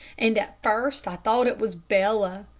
and at first i thought it was bella.